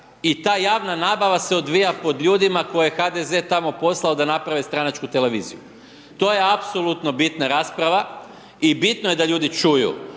i ta javna nabava se odvija pod ljudima koje je HDZ tamo poslao da naprave tamo stranačku televiziju. To je apsolutno bitna rasprava i bitno je da ljudi čuju,